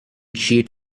sheet